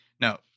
no